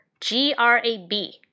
G-R-A-B